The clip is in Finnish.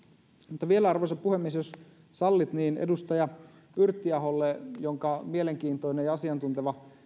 mutta vielä arvoisa puhemies jos sallitte niin edustaja yrttiaholle jonka mielenkiintoinen ja asiantunteva